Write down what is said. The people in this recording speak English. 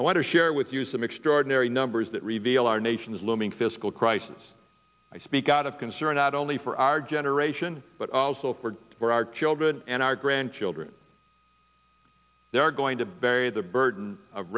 i want to share with you some extraordinary numbers that reveal our nation's looming fiscal crisis i speak out of concern that only for our generation but also for for our children and our grandchildren they are going to bury the burden of